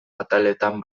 ataletan